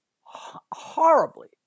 horribly